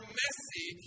messy